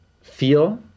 feel